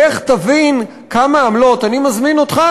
לך תבין כמה עמלות אני מזמין אותך,